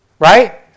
Right